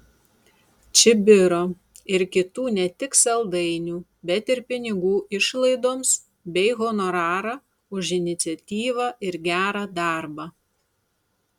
čibiro ir kitų ne tik saldainių bet ir pinigų išlaidoms bei honorarą už iniciatyvą ir gerą darbą